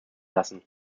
lassen